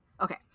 Okay